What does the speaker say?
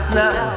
now